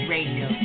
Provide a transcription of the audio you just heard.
Radio